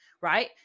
right